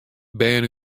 bern